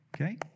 Okay